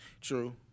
True